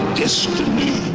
destiny